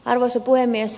arvoisa puhemies